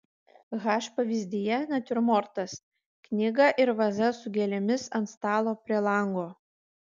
h pavyzdyje natiurmortas knyga ir vaza su gėlėmis ant stalo prie lango